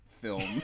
film